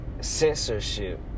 censorship